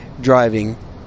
driving